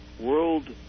world